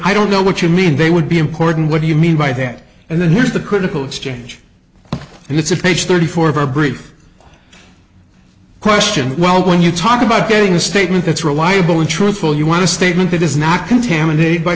i don't know what you mean they would be important what do you mean by that and then here's the critical exchange and it's a page thirty four of our brief question well when you talk about getting a statement that's reliable and truthful you want to statement that is not contaminat